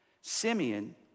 Simeon